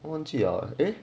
忘记了